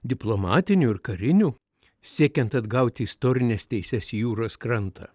diplomatinių ir karinių siekiant atgauti istorines teises į jūros krantą